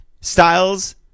styles